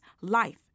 life